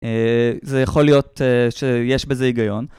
זה יכול להיות שיש בזה היגיון.